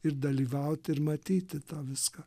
ir dalyvauti ir matyti tą viską